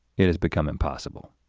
it has become impossible.